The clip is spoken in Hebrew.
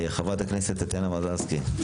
חברת הכנסת טטיאנה מזרסקי,